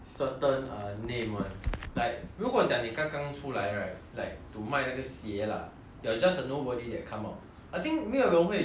like 如果讲你刚刚出来 right like to 卖那个鞋 lah you are just a nobody that come out I think 没有人会 trust 你的